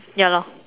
ya lor